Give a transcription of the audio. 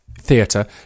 Theatre